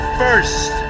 first